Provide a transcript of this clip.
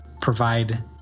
provide